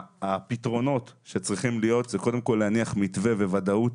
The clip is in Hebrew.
הפתרונות שצריכים להיות זה להניח מתווה בוודאות.